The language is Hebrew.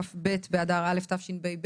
כ"ב באדר א' תשפ"ב,